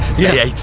yeah.